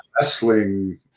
wrestling